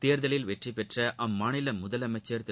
தேர்தலில் வெற்றி பெற்ற அம்மாநில முதலமைச்சர் திரு